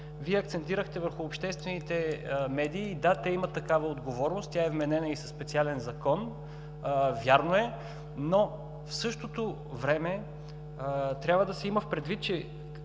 Вие акцентирахте върху обществените медии, да, те имат такава отговорност, тя е вменена и със специален закон, вярно е. В същото време трябва да се има предвид, че